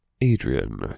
Adrian